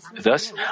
Thus